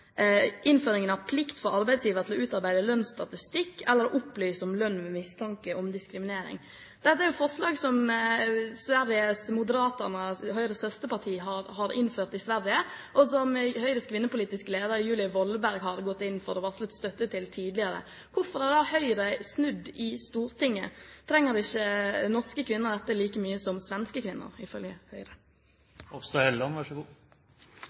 innføringen av plikt for arbeidsgiver til å utarbeide lønnsstatistikk eller opplyse om lønn ved mistanke om diskriminering. Dette er jo forslag som Sveriges Moderaterna, Høyres søsterparti, har innført i Sverige, og som Høyres kvinnepolitiske leder, Julie Brodtkorp Voldberg, har gått inn for og varslet støtte til tidligere. Hvorfor har da Høyre snudd i Stortinget? Trenger ikke norske kvinner dette like mye som svenske kvinner, ifølge